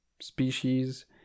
species